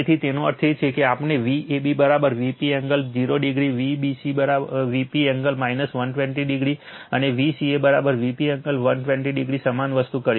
તેથી તેનો અર્થ એ છે કે આપણે Vab Vp angle 0o Vbc Vp angle 120o અને Vca Vp એંગલ 120o સમાન વસ્તુ કરી છે